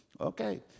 Okay